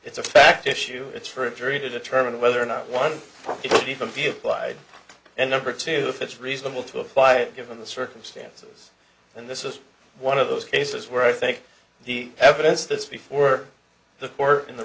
it's a fact issue it's for a jury to determine whether or not one of you lied and number two if it's reasonable to have five given the circumstances then this is one of those cases where i think the evidence that's before the court in the